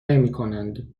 نمیکنند